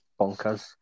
bonkers